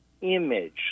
image